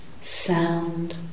sound